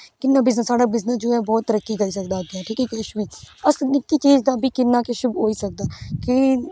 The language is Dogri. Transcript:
किन्ना बिजनस साढ़ा बिजनस जो ऐ बहुत तरक्की करी करदा उत्थे ठीक ऐ किश वी निक्की चीज दा बी किन्ना किश होई सकदा कि